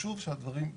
חשוב שהדברים יאמרו.